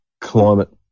climate